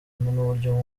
n’uburyo